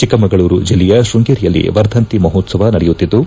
ಚಿಕ್ಕಮಗಳೂರು ಜಿಲ್ಲೆಯ ಕೃಂಗೇರಿಯಲ್ಲಿ ವರ್ಧಂತಿ ಮಹೋತ್ಸವ ನಡೆಯುತ್ತಿದ್ದು